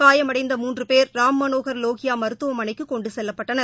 காயமடைந்த மூன்று பேர் ராம் மனோகர் லோகியா மருத்துவமனைக்கு கொண்டு செல்லப்பட்டனர்